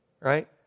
right